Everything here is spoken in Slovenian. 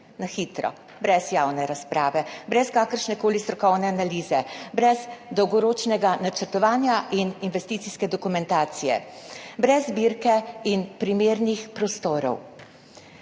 na hitro, brez javne razprave, brez kakršnekoli strokovne analize, brez dolgoročnega načrtovanja in investicijske dokumentacije, brez zbirke in primernih prostorov,